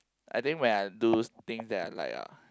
I think when I do things that I like ah